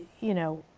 you know,